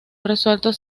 resueltos